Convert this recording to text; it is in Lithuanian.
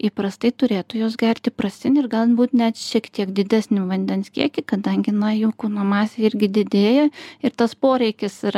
įprastai turėtų jos gert įprastinį ir galbūt net šiek tiek didesnį vandens kiekį kadangi na jų kūno masė irgi didėja ir tas poreikis yra